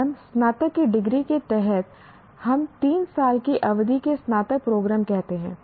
programme स्नातक की degree के तहत हम 3 साल की अवधि के स्नातक प्रोग्राम कहते हैं